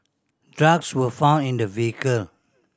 drugs were found in the vehicle